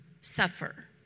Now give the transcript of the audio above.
suffer